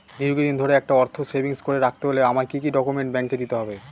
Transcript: দীর্ঘদিন ধরে একটা অর্থ সেভিংস করে রাখতে হলে আমায় কি কি ডক্যুমেন্ট ব্যাংকে দিতে হবে?